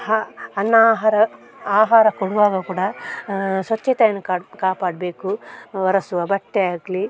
ಹ ಅನ್ನ ಆಹಾರ ಆಹಾರ ಕೊಡುವಾಗ ಕೂಡ ಸ್ವಚ್ಛತೆಯನ್ನು ಕಾಡ್ ಕಾಪಾಡಬೇಕು ಒರೆಸುವ ಬಟ್ಟೆ ಆಗಲೀ